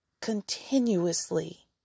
continuously